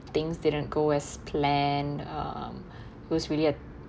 things didn't go as planned um it was really a